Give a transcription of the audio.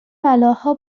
بلاها